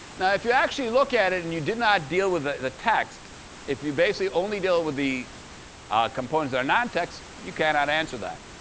now, if you actually look at it, and you did not deal with the text if you basically only deal with the components that are not text, you cannot answer that.